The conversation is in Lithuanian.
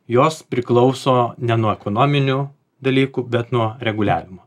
jos priklauso ne nuo ekonominių dalykų bet nuo reguliavimo